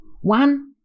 One